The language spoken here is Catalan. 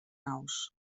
naus